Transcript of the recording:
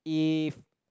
if